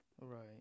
Right